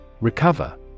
Recover